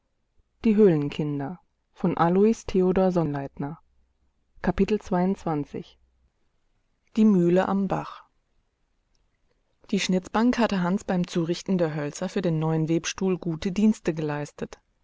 stube die mühle am bach die schnitzbank hatte hans beim zurichten der hölzer für den neuen webstuhl gute dienste geleistet